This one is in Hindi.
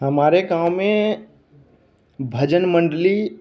हमारे गाँव में भजन मंडली